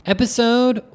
Episode